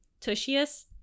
Tushius